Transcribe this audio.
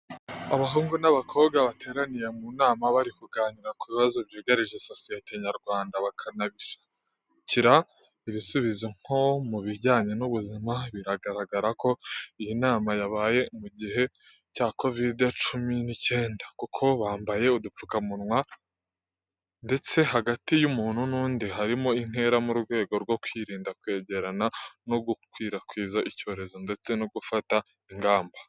Abahungu n'abakobwa bateraniye mu nama bari kuganira ku bibazo byugarije sosiyete nyarwanda, bakanabishakira ibisubizo nko mubijyanye n'ubuzima biragaragara ko iyi nama yabaye mu gihe cya kovidi cumi n'icyenda kuko bambaye udupfuka munwa. Ndetse hagati y'umuntu n'undi harimo intera mu rwego rwo kwirinda kwegerana no gukwirakwiza icyorezo ndetse no gufata ingamba.